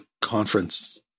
conference